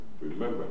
Remember